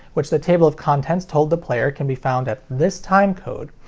which the table of contents told the player can be found at this time code,